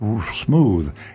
smooth